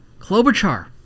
Klobuchar